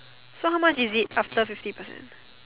so how much is it after fifty percent